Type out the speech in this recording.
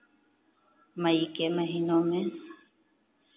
मई के महीनों में